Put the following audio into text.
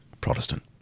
Protestant